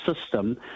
system